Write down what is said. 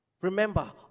Remember